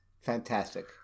fantastic